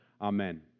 Amen